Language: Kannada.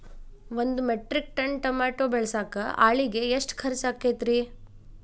ಒಂದು ಮೆಟ್ರಿಕ್ ಟನ್ ಟಮಾಟೋ ಬೆಳಸಾಕ್ ಆಳಿಗೆ ಎಷ್ಟು ಖರ್ಚ್ ಆಕ್ಕೇತ್ರಿ?